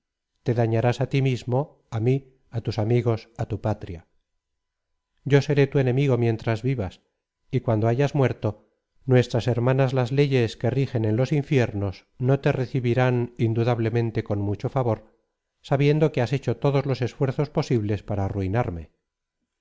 te dañarás á tí mismo á mí á tus amigos á tu patria yo seré tu enemigo mientras vivas y cuando bayas muerto nuestras hermanas las leyes que rigen en los infiernos no te recibirán indudablemente con mucho favor sabiendo que has hecho todos los esfuerzos posibles para arruinarme